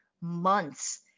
months